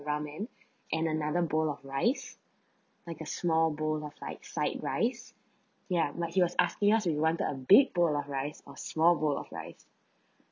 ramen and another bowl of rice like a small bowl of like side rice ya like he was asking us if we wanted a big bowl of rice or small bowl of rice